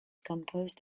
composed